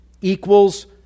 equals